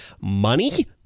money